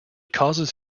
causes